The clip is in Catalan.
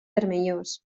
vermellós